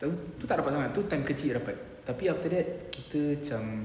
betul tu tak rapat sangat tu time kecil rapat tapi after that kita macam